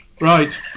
Right